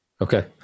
Okay